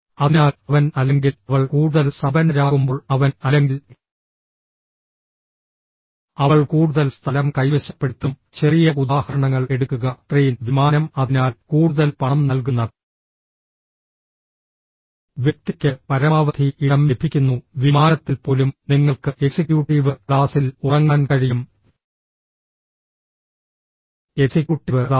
അതിനാൽ അവൻ അല്ലെങ്കിൽ അവൾ കൂടുതൽ സമ്പന്നരാകുമ്പോൾ അവൻ അല്ലെങ്കിൽ അവൾ കൂടുതൽ സ്ഥലം കൈവശപ്പെടുത്തും ചെറിയ ഉദാഹരണങ്ങൾ എടുക്കുക ട്രെയിൻ വിമാനം അതിനാൽ കൂടുതൽ പണം നൽകുന്ന വ്യക്തിക്ക് പരമാവധി ഇടം ലഭിക്കുന്നു വിമാനത്തിൽ പോലും നിങ്ങൾക്ക് എക്സിക്യൂട്ടീവ് ക്ലാസിൽ ഉറങ്ങാൻ കഴിയും എക്സിക്യൂട്ടീവ് ക്ലാസ്